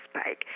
spike